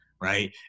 right